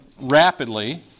rapidly